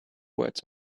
words